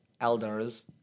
elders